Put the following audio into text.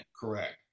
correct